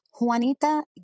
Juanita